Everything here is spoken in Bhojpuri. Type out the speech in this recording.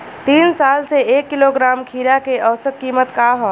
तीन साल से एक किलोग्राम खीरा के औसत किमत का ह?